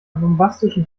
bombastischen